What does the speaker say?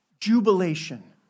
Jubilation